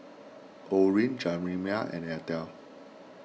Orene Jerimiah and Elta